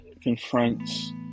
confronts